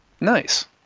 Nice